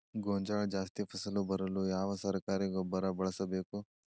ಗೋಂಜಾಳ ಜಾಸ್ತಿ ಫಸಲು ಬರಲು ಯಾವ ಸರಕಾರಿ ಗೊಬ್ಬರ ಬಳಸಬೇಕು?